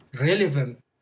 relevant